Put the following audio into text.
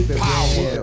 power